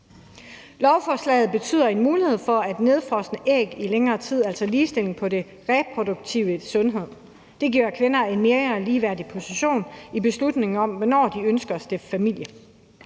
Lovforslaget betyder, at der kommer en mulighed for at have nedfrosne æg i længere tid, altså ligestilling på den reproduktive sundhed. Det giver kvinder en mere ligeværdig position i beslutningen om, hvornår de ønsker at stifte familie.